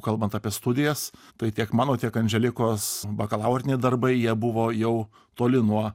kalbant apie studijas tai tiek mano tiek anželikos bakalauriniai darbai jie buvo jau toli nuo